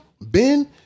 Ben